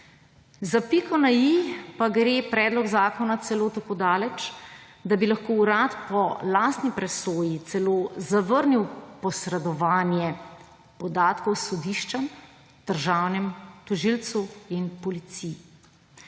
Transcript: Za piko na i pa gre predlog zakona celo tako daleč, da bi lahko urad po lastni presoji celo zavrnil posredovanje podatkov sodiščem, državnemu tožilcu in Policiji.